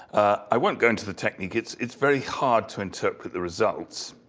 i won't go into the technique, it's it's very hard to interpret the results.